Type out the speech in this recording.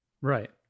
Right